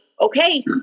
Okay